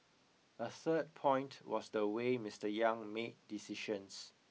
a third point was the way Mister Yang made decisions